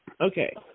Okay